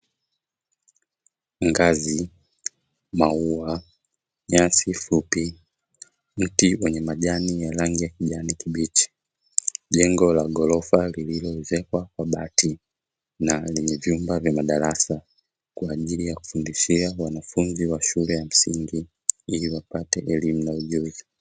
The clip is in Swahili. Ngazi, maua, nyasi fupi, mti wenye majani ya rangi ya kijani kibichi, jengo la ghorofa lililoezekwa kwa bati na lenye vyumba vya madarasa, kwa ajili yakufundishia wanafunzi wa shule ya msingi ili wapate elimu na ujuzi.